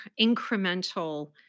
incremental